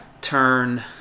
turn